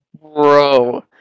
bro